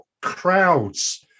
crowds